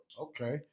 okay